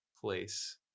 place